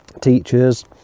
teachers